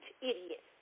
idiot